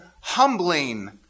humbling